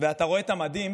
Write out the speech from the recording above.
ואתה רואה את המדים,